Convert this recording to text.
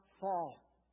fall